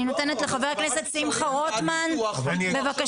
אני נותנת לחבר הכנסת שמחה רוטמן, בבקשה.